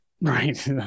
right